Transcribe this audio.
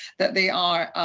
that they are